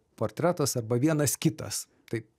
portretas arba vienas kitas taip